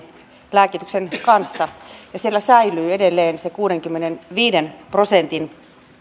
lääkityksen kanssa ja siellä säilyy edelleen se kuudenkymmenenviiden prosentin